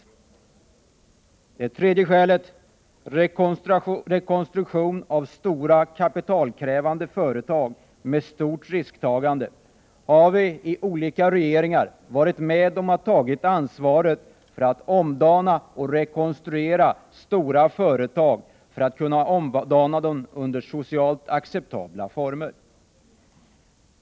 När det gäller det tredje skälet — rekonstruktion av stora kapitalkrävande företag med stort risktagande — har vi under olika regeringar varit med om att ta ansvaret för att omdana och rekonstruera stora företag under socialt acceptabla former.